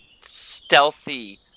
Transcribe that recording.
stealthy